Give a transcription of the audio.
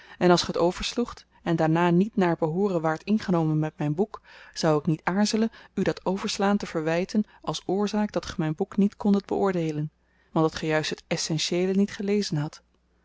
en daarna niet naar behooren waart ingenomen met myn boek zou ik niet aarzelen u dat overslaan te verwyten als oorzaak dat ge myn boek niet kondet beoordeelen want dat ge juist het essentieele niet gelezen hadt